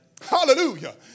Hallelujah